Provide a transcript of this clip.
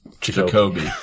Jacoby